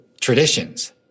traditions